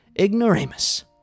ignoramus